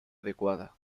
adecuada